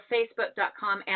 Facebook.com